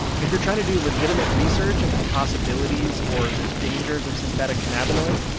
and if you're trying to do legitimate research into the possibilities or the dangers of synthetic cannabinoids,